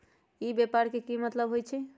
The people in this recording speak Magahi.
ई व्यापार के की मतलब होई छई?